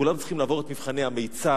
כולם צריכים לעבור את מבחני המיצ"ב.